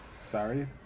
Sorry